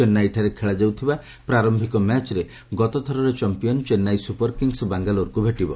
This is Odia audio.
ଚେନ୍ନାଇଠାରେ ଖେଳାଯାଉଥିବା ପ୍ରାରୟିକ ମ୍ୟାଚ୍ରେ ଗତଥରର ଚମ୍ପିୟାନ୍ ଚେନ୍ନାଇ ସୁପର୍ କିଙ୍ଗ୍ସ ବାଙ୍ଗାଲୋରକୁ ଭେଟିବ